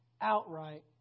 outright